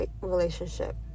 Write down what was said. relationship